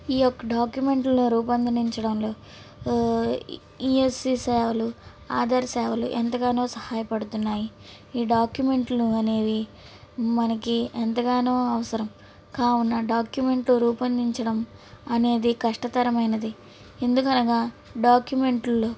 ఈ యొక్క డాక్యుమెంట్లు రూపొందించడంలో ఇఎస్ఇ సేవలు ఆధార్ సేవలు ఎంతగానో సహాయపడుతున్నాయి ఈ డాక్యుమెంట్లు అనేవి మనకి ఎంతగానో అవసరం కావున డాక్యుమెంట్లు రూపొందించడం అనేది కష్టతరమైనది ఎందుకనగా డాక్యుమెంట్లులో